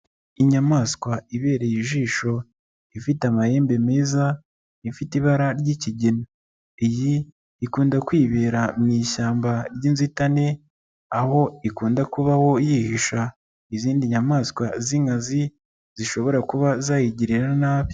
Inyamaswa ibereye ijisho, ifite amahembe meza ifite ibara ry'ikigina, iyi ikunda kwibera mu ishyamba ry'inzitane, aho ikunda kubaho yihisha izindi nyamaswa z'inkazi, zishobora kuba zayigirira nabi.